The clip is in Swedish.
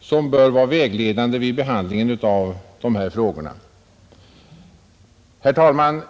som bör vara vägledande vid behandlingen av dessa frågor. Herr talman!